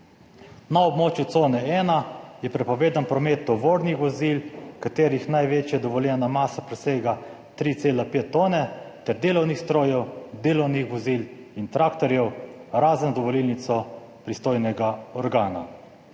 Na območju cone 1 je prepovedan promet tovornih vozil, katerih največja dovoljena masa presega tri cela pet tone, ter delovnih strojev, delovnih vozil in traktorjev, razen dovolilnico pristojnega organa.